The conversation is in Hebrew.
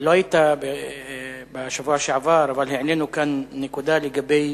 לא היית בשבוע שעבר, אבל העלינו כאן נקודה לגבי